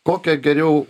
kokią geriau